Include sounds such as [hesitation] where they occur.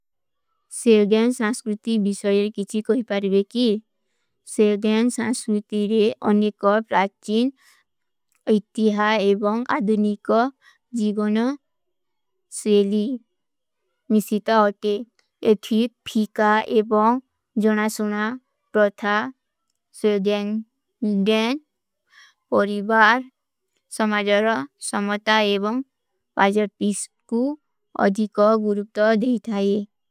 ସେଲ୍ଗ୍ଯାନ ସାଂସ୍କୁର୍ତି ଵିଶଯେର କିଚୀ କୋ ହିପାର ରେକୀ। ସେଲ୍ଗ୍ଯାନ ସାଂସ୍କୁର୍ତି ରେ ଅନିକା ପ୍ରାଚିନ ଅଈତିହା ଏବଂଗ ଅଧୁନୀ କା ଜୀଗଣ ସେଲୀ ମିଶୀତା ହୋତେ। ଏଥୀ ଫୀକା ଏବଂଗ ଜୋନା ସୁନା ପ୍ରତ୍ଥା [hesitation] ସେଲ୍ଗ୍ଯାନ ଦେନ ପରିଵାର ସମାଜର ସମତା ଏବଂଗ ପାଜର ପୀଶ କୁ ଅଧିକା ଗୁରୁପତ ଦେହିତା ହୈ।